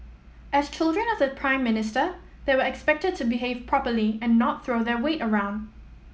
as children of the Prime Minister they were expected to behave properly and not throw their weight around